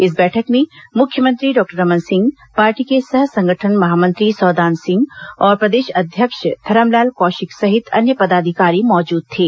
इस बैठक में मुख्यमंत्री डॉक्टर रमन सिंह पार्टी के सह संगठन महामंत्री सौदान सिंह और प्रदेश अध्यक्ष धरमलाल कौशिक सहित अन्य पदाधिकारी मौजूद थे